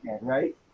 right